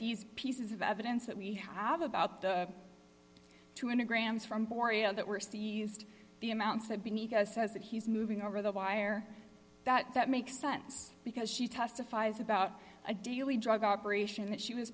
these pieces of evidence that we have about the two and a grams from korea that were seized the amounts that beneath says that he's moving over the wire that makes sense because she testifies about a daily drug operation that she was